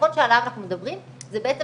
החיסכון שעליו אנחנו מדברים זה בעצם